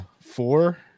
four